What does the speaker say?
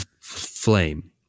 flame